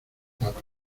papa